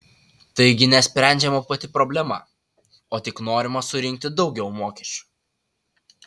taigi nesprendžiama pati problema o tik norima surinkti daugiau mokesčių